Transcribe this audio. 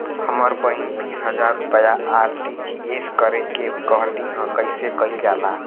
हमर बहिन बीस हजार रुपया आर.टी.जी.एस करे के कहली ह कईसे कईल जाला?